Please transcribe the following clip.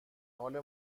حال